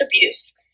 abuse